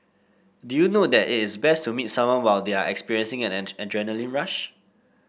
did you know that it is best to meet someone while they are experiencing and an adrenaline rush